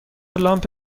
لامپ